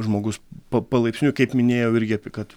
žmogus pa palaipsniui kaip minėjau irgi apie kad